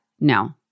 No